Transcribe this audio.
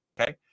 Okay